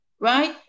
right